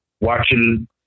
watching